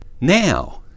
now